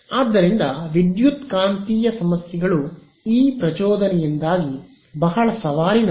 ಆದ್ದರಿಂದ ವಿದ್ಯುತ್ಕಾಂತೀಯ ಸಮಸ್ಯೆಗಳು ಈ ಪ್ರಚೋದನೆಯಿಂದಾಗಿ ಬಹಳ ಸವಾಲಿನವು